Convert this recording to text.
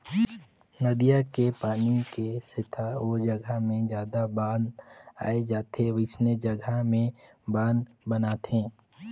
नदिया के पानी के सेथा ओ जघा मे जादा बाद आए जाथे वोइसने जघा में बांध बनाथे